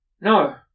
No